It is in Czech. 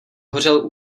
hořel